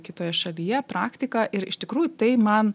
kitoje šalyje praktika ir iš tikrųjų tai man